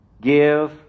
Give